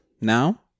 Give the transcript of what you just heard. now